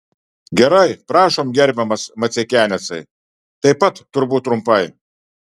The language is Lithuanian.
gerai prašom gerbiamas maceikianecai taip pat turbūt trumpai